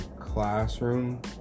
classroom